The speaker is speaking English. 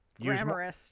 grammarist